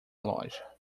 loja